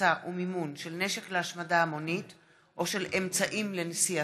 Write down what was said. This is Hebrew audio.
הפצה ומימון של נשק להשמדה המונית או של אמצעים לנשיאתו,